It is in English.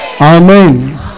Amen